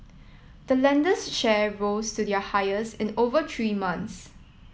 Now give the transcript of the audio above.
the lender's share rose to their highest in over three months